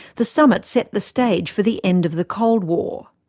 the summit set the stage for the end of the cold war.